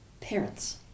parents